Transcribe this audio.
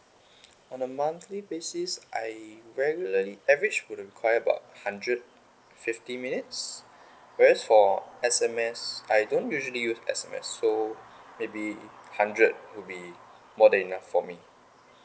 on a monthly basis I regularly average would require about hundred fifty minutes whereas for S_M_S I don't usually use S_M_S so maybe hundred would be more than enough for me